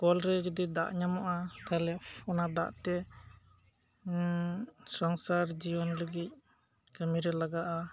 ᱠᱚᱞ ᱨᱮ ᱡᱩᱫᱤ ᱫᱟᱜ ᱧᱟᱢᱚᱜᱼᱟ ᱛᱟᱦᱞᱮ ᱚᱱᱟ ᱫᱟᱜ ᱛᱮ ᱥᱚᱝᱥᱟᱨ ᱡᱤᱭᱚᱱ ᱞᱟᱹᱜᱤᱫ ᱠᱟᱹᱢᱤᱨᱮ ᱞᱟᱜᱟᱜᱼᱟ